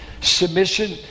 Submission